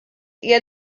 hija